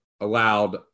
allowed